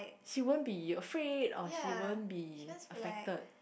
she won't be afraid or she won't be affected